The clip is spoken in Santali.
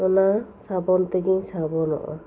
ᱚᱱᱟ ᱥᱟᱹᱵᱩᱱ ᱛᱮᱜᱤᱧ ᱥᱟᱹᱵᱩᱱᱚᱜᱼᱟ